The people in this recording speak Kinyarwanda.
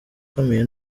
ukomeye